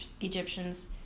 egyptians